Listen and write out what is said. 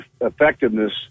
effectiveness